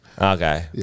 Okay